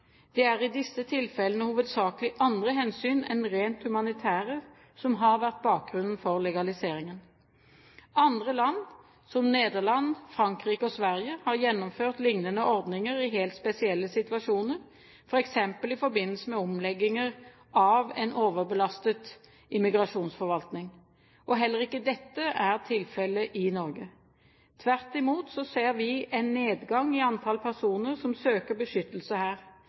Det er i disse tilfellene hovedsakelig andre hensyn enn rent humanitære som har vært bakgrunnen for legaliseringen. Andre land, som Nederland, Frankrike og Sverige, har gjennomført lignende ordninger i helt spesielle situasjoner, f.eks. i forbindelse med omlegginger av en overbelastet immigrasjonsforvaltning. Heller ikke dette er tilfellet i Norge. Tvert imot ser vi en nedgang i antall personer som søker beskyttelse her.